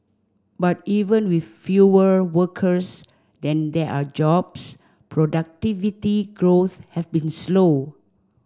but even with fewer workers than there are jobs productivity growth has been slow